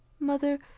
mother,